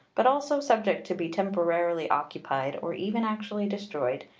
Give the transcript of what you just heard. but also subject to be temporarily occupied, or even actually destroyed,